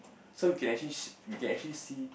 so we can actually s~ we can actually see